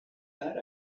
that